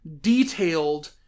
detailed